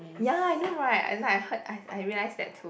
ya I know right at night I heard I I realise that too